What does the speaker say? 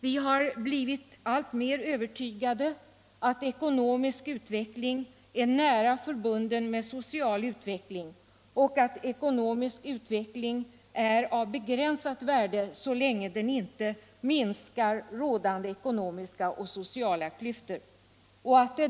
Vi har blivit alltmer övertygade om att ekonomisk utveckling är nära förbunden med social utveckling och att ekonomisk utveckling är av begränsat värde så länge den inte minskar rådande ekonomiska och sociala klyftor.